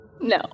no